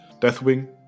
Deathwing